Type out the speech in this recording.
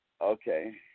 Okay